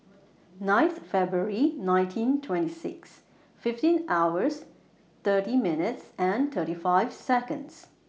nineth February nineteen twenty six fifteen hours thirty minutes thirty five Seconds